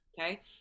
okay